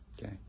Okay